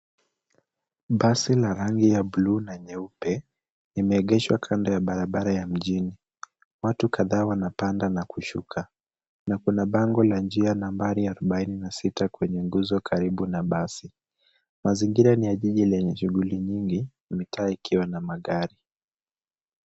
Basi la rangi ya bluu na nyeupe limeegeshwa kando ya barabara ya mjini. Watu kadhaa wanapanda na kushuka na kuna bango la njia nambari arobaini na sita kwenye nguzo karibu na basi. Mazingira ni ya jiji lenye shughuli nyingi mitaa ikiwa na magari.